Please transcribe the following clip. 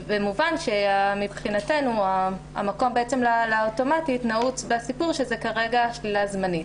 מובן שמבחינתנו המקום לאוטומטית נעוץ בסיפור שזו כרגע שלילה זמנית,